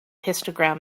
histogram